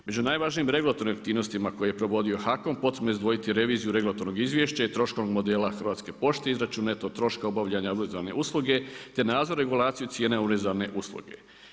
Među najvažniji regulatornim aktivnostima koje je provodio HAKOM, potrebno je izdvojiti reviziju regulatornog izvješća i troškovnog modela Hrvatske pošte, izračun neto troška obavljanja obvezane usluge te nadzor regulacije cijena … usluge.